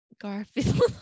Garfield